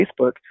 Facebook